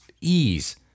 ease